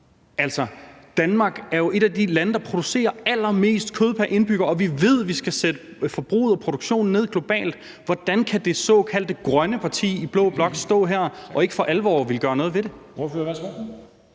retning. Danmark er jo et af de lande, der producerer allermest kød pr. indbygger, og vi ved, at vi skal sætte forbruget og produktionen ned globalt. Hvordan kan det såkaldte grønne parti i blå blok stå her og ikke for alvor ville gøre noget ved det?